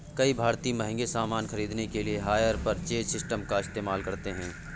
कई भारतीय महंगे सामान खरीदने के लिए हायर परचेज सिस्टम का इस्तेमाल करते हैं